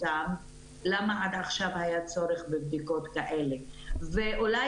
למה עד עכשיו היה צורך בבדיקות כאלה ואולי